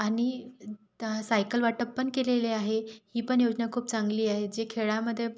आणि त्या सायकल वाटप पण केलेले आहे ही पण योजना खूप चांगली आहे जे खेड्यामध्ये